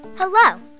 Hello